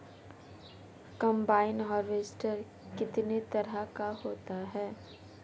Combine harvester कितने तरह का होता है?